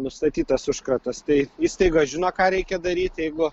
nustatytas užkratas tai įstaiga žino ką reikia daryt jeigu